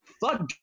Fuck